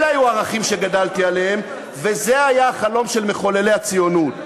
אלה היו הערכים שגדלתי עליהם וזה היה החלום של מחוללי הציונות.